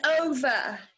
over